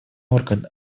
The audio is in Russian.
орган